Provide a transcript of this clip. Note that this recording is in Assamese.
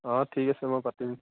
অঁ ঠিক আছে মই পাতিম